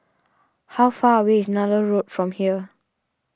how far away is Nallur Road from here